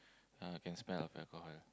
uh can smell of alcohol